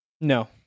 No